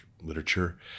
literature